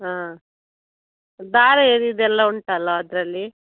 ಹಾಂ ಧಾರೆ ಎರೆಯುದೆಲ್ಲ ಉಂಟಲ್ಲಾ ಅದರಲ್ಲಿ